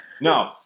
No